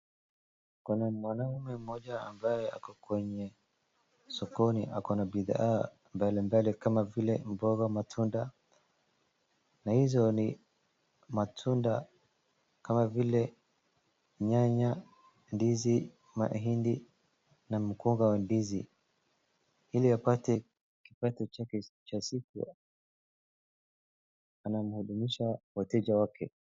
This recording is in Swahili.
Kuna mwanaume mmoja ambaye ako kwenye sokoni, ako na bidhaa mbalimbali kama vile mboga, matunda na hizo ni matunda kama vile nyanya, ndizi, mahindi na mkonga wa ndizi, ili apate chake cha siku anamhudumisha wateja wake.